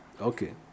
Okay